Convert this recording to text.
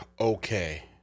okay